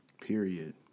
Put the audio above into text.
Period